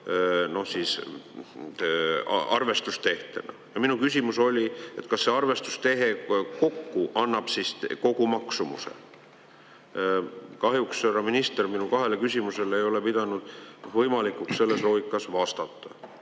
see arvestus tehtena. Minu küsimus oli, kas see arvestustehe kokku annab kogumaksumuse. Kahjuks härra minister minu kahele küsimusele ei ole pidanud võimalikuks selles loogikas vastata.